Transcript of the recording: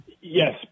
Yes